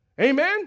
Amen